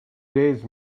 days